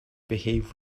behave